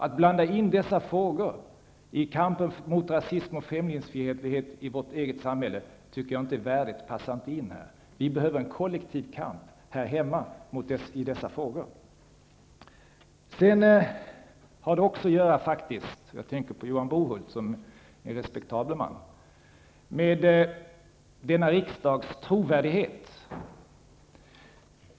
Att blanda in dessa frågor i kampen mot rasism och främlingsfientlighet i vårt eget samhälle tycker jag inte passar här. Vi behöver en kollektiv kamp här hemma i dessa frågor Sedan har det faktiskt också -- jag tänker på Johan Brohult, som är en respektabel man -- att göra med denna riksdags trovärdighet.